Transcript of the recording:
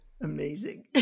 Amazing